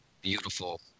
beautiful